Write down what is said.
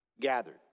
gathered